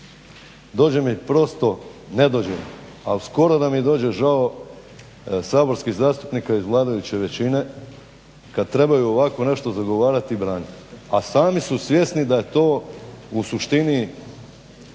Dođe mi prosto, ne dođe mi ali skoro da mi dođe žao saborskih zastupnika iz vladajuće većine kad trebaju ovako nešto zagovarati i braniti, a sami su svjesni da to u suštini